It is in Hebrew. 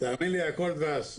תאמין לי, הכל דבש.